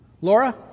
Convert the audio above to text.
Laura